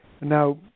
Now